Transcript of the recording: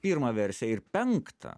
pirmą versiją ir penktą